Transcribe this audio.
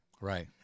Right